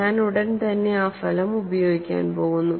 ഞാൻ ഉടൻ തന്നെ ആ ഫലം ഉപയോഗിക്കാൻ പോകുന്നു